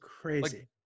crazy